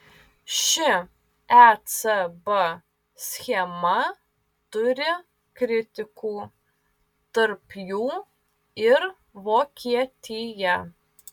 ši ecb schema turi kritikų tarp jų ir vokietija